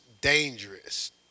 dangerous